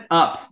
up